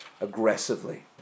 aggressively